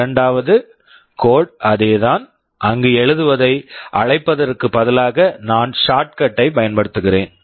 இரண்டாவது code code அதே தான் அங்கு எழுதுவதை அழைப்பதற்கு பதிலாக நான் ஷார்ட்கட் shortcut ஐப் பயன்படுத்துகிறேன்